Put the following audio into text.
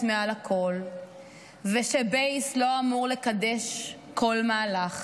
מעל הכול ושבייס לא אמור לקדש כל מהלך.